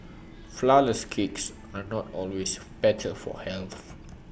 Flourless Cakes are not always better for health